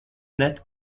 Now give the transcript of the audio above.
net